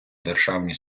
державні